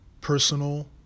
personal